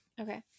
Okay